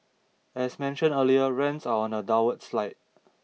as mentioned earlier rents are on a downward slide